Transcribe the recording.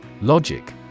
Logic